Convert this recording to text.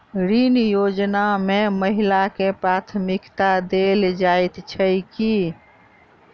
ऋण योजना मे महिलाकेँ प्राथमिकता देल जाइत छैक की?